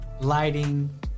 Lighting